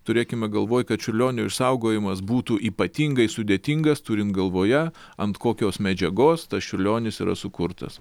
turėkime galvoj kad čiurlionio išsaugojimas būtų ypatingai sudėtingas turint galvoje ant kokios medžiagos tas čiurlionis yra sukurtas